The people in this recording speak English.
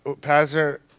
Pastor